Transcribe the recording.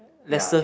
ya